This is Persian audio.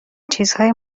چیزهای